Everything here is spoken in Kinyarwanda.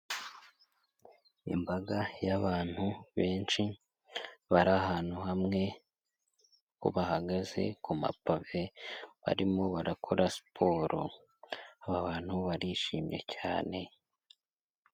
Imbaga y'abantu benshi bari ahantu hamwe bahagaze kumapave barimo barakora siporo. Aba bantu barishimye cyane.